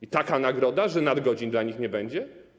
I taka nagroda, że nadgodzin dla nich nie będzie?